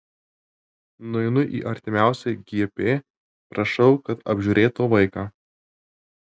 nueinu į artimiausią gp prašau kad apžiūrėtų vaiką